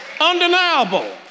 Undeniable